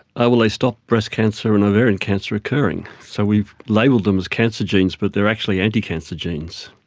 ah well, they stop breast cancer and ovarian cancer occurring. so we've labelled them as cancer genes but they are actually anti-cancer genes.